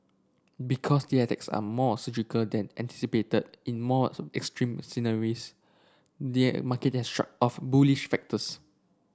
because the attacks are more surgical than anticipated in more extreme scenarios the market has shrugged off bullish factors